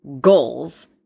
goals